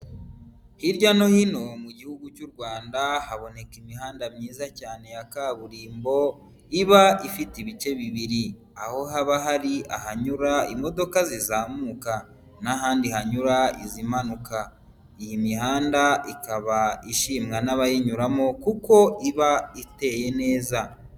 Hirya no hino mu Gihugu cy'u Rwanda haboneka imihanda myiza cyane ya kaburimbo iba ifite ibice bibiri, aho haba hari ahanyura imodoka zizamuka n'ahandi hanyura izimanuka. Iyi mihanda ikaba ishimwa n'abayinyuramo kuko iba iteye neza.